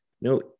no